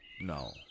No